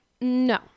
no